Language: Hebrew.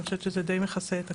אני חושבת שזה די מכסה את הכול.